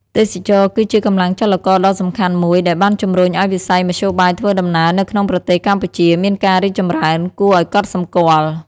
ទេសចរណ៍គឺជាកម្លាំងចលករដ៏សំខាន់មួយដែលបានជំរុញឲ្យវិស័យមធ្យោបាយធ្វើដំណើរនៅក្នុងប្រទេសកម្ពុជាមានការរីកចម្រើនគួរឲ្យកត់សម្គាល់។